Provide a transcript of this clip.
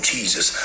Jesus